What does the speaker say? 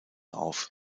auf